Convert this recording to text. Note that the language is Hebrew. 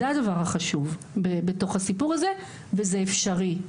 זה הדבר החשוב בתוך הסיפור הזה וזה אפשרי.